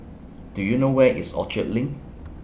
Do YOU know Where IS Orchard LINK